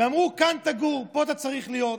ואמרו: כאן תגור, פה אתה צריך להיות.